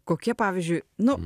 kokie pavyzdžiui nu